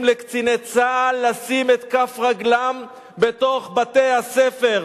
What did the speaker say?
לקציני צה"ל לשים את כף רגלם בתוך בתי-הספר.